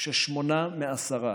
ששמונה מעשרה